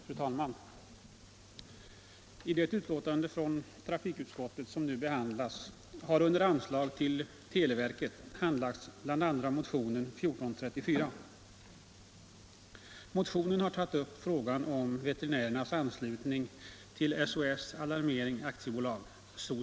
Fru talman! I det betänkande från trafikutskottet som vi behandlar har under punkten televerkets anslagsbehov handlagts bl.a. motionen 1434. Motionen har tagit upp frågan om veterinärernas anslutning till SOS Alarmerings Aktiebolag .